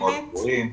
--- מאוד מאוד ברורים,